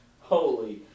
holy